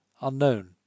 unknown